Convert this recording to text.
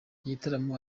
igitaramo